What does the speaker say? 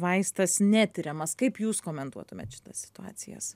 vaistas netiriamas kaip jūs komentuotumėt šitas situacijas